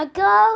go